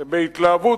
בהתלהבות,